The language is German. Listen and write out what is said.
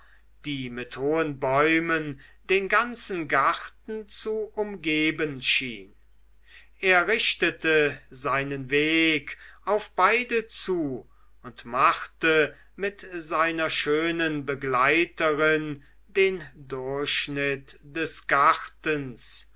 die mit hohen bäumen den ganzen garten zu umgeben schien er richtete seinen weg auf beide zu und machte mit seiner schönen begleiterin den durchschnitt des gartens